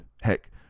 Heck